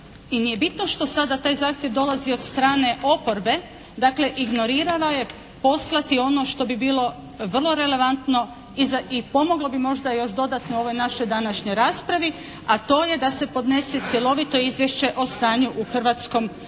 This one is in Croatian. i nije bitno što sada taj zahtjev dolazi od strane oporbe dakle, ignorirala je poslati ono što bi bilo vrlo relevantno i pomoglo bi možda još dodatno ovoj našoj današnjoj raspravi, a to je da se podnese cjelovito izvješće o stanju u Hrvatskom fondu